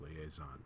liaison